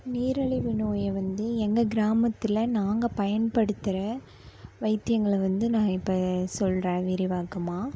நீரழிவு நோயை வந்து எங்கள் கிராமத்தில் நாங்கள் பயன்படுத்துகிற வைத்தியங்களை வந்து நான் இப்போ சொல்கிறேன் விரிவாக்கமாக